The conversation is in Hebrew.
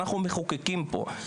אנחנו מחוקקים פה.